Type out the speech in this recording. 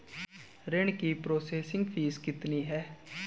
ऋण की processing fees कितनी है?